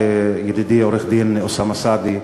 ידידי עורך-הדין אוסאמה סעדי,